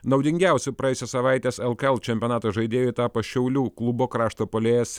naudingiausiu praėjusios savaitės lkl čempionato žaidėju tapo šiaulių klubo krašto puolėjas